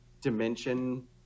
dimension